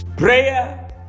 Prayer